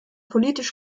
politisch